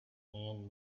and